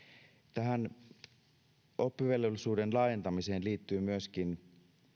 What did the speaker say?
tähän oppivelvollisuuden laajentamiseen liittyy myöskin